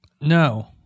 No